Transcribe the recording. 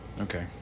okay